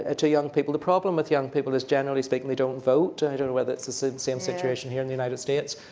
ah to young people the problem with young people is, generally speaking, they don't vote. i don't know whether it's the same same situation here in the united states,